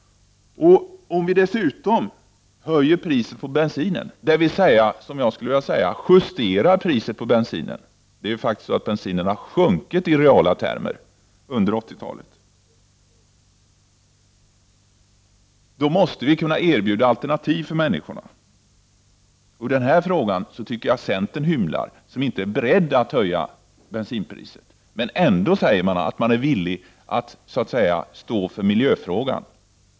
Om vi dessutom höjer priset på bensinen eller, som jag skulle vilja säga, justerar priset på bensin — bensinen har sjunkit i reala termer under 1980 talet — då måste vi kunna erbjuda alternativ för människorna. I denna fråga tycker jag centern hymlar som inte är beredd att höja bensinpriset men ändå säger sig villig att stå för miljöfrågan.